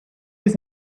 his